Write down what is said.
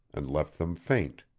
and left them faint.